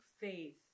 faith